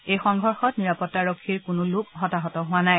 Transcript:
এই সংঘৰ্যত নিৰাপত্তাৰক্ষীৰ কোনো লোক হতাহত হোৱা নাই